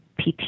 PT